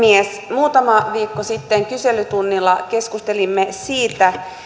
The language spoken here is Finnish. muutama viikko sitten kyselytunnilla keskustelimme siitä